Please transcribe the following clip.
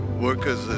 workers